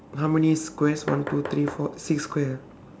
how many squares one two three four six squares ah